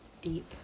Deep